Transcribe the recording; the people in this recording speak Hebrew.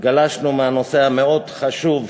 גלשנו מהנושא המאוד-חשוב,